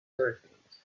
hurricanes